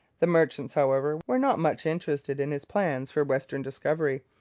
the merchants, however, were not much interested in his plans for western discovery.